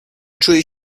czuje